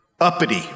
uppity